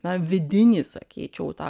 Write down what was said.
na vidinį sakyčiau tą